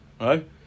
right